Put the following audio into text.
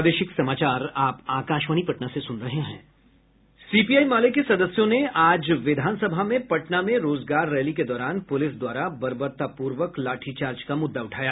CPI Male के सदस्यों ने आज विधानसभा में पटना में रोजगार रैली के दौरान पुलिस द्वारा बर्बरतापूर्वक लाठीचार्ज का मुद्दा उठाया